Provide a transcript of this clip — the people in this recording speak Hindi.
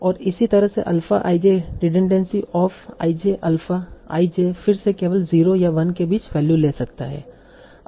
और इसी तरह से alpha i j redundancy of i j alpha i j फिर से केवल 0 या 1 के बीच वैल्यू ले सकता है